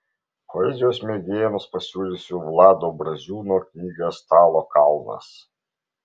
poezijos mėgėjams pasiūlysiu vlado braziūno knygą stalo kalnas